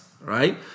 right